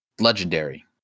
legendary